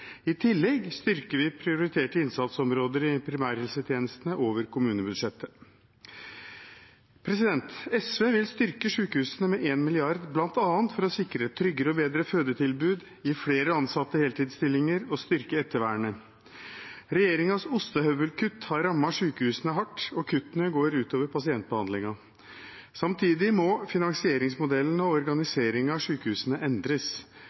I tillegg styrker vi prioriterte innsatsområder i primærhelsetjenestene over kommunebudsjettet. SV vil styrke sykehusene med 1 mrd. kr, bl.a. for å sikre tryggere og bedre fødetilbud, gi flere ansatte heltidsstillinger og styrke ettervernet. Regjeringens ostehøvelkutt har rammet sykehusene hardt, og kuttene går ut over pasientbehandlingen. Samtidig må finansieringsmodellen og organiseringen av sykehusene endres.